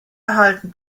erhalten